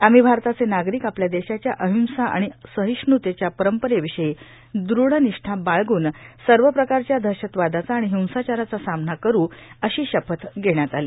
आम्ही भारताचे नागरिक आपल्या देशाच्या अहिंसा आणि सहिष्णुतेच्या परंपरेविषयी दृढ निष्टा बाळगून सर्व प्रकारच्या दहशतवादाचा आणि हिंसाचाराचा सामना करू अशी शपथ देण्यात आली